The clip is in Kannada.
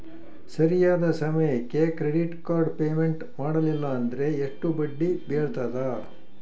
ಸರಿಯಾದ ಸಮಯಕ್ಕೆ ಕ್ರೆಡಿಟ್ ಕಾರ್ಡ್ ಪೇಮೆಂಟ್ ಮಾಡಲಿಲ್ಲ ಅಂದ್ರೆ ಎಷ್ಟು ಬಡ್ಡಿ ಬೇಳ್ತದ?